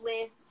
list